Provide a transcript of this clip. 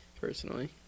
personally